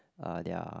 uh their